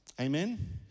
Amen